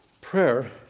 Prayer